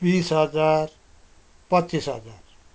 बिस हजार पचिस हजार